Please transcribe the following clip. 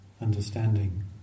understanding